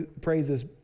praises